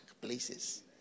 places